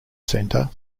centre